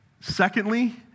Secondly